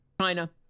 China